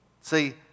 See